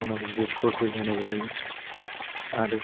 उनाव गिदिर गल गेलेहोनाय जायो आरो